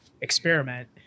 experiment